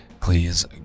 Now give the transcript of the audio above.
please